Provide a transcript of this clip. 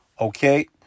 Okay